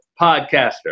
Podcaster